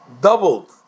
doubled